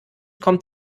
kommt